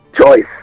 choice